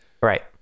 right